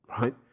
right